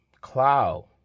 cloud